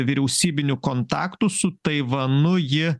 vyriausybinių kontaktų su taivanu ji